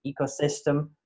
ecosystem